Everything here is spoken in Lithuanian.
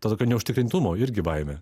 to tokio neužtikrintumo irgi baimė